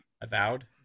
avowed